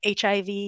HIV